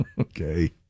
Okay